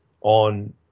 on –